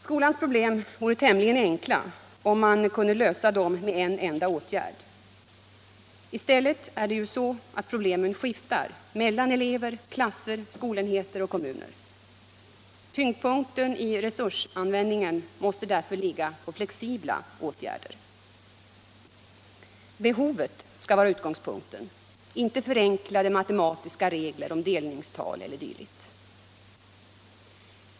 Skolans problem vore tämligen enkla om man kunde lösa dem med en enda åtgärd. I stället är det ju så att problemen skiftar mellan elever, klasser, skolenheter och kommuner. Tyngdpunkten i resursanvändningen måste därför ligga på flexibla åtgärder. Behovet skall vara utgångspunkten, inte förenklade matematiska regler om delningstal e. d.